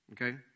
Okay